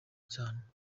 cyane